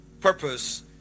purpose